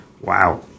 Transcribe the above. wow